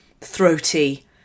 throaty